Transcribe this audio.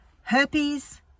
Herpes